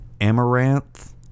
Amaranth